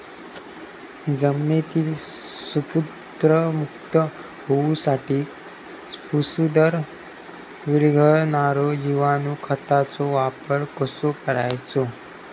जमिनीतील स्फुदरमुक्त होऊसाठीक स्फुदर वीरघळनारो जिवाणू खताचो वापर कसो करायचो?